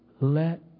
let